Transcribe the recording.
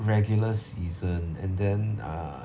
regular season and then err